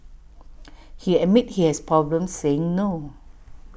he admits he has problems saying no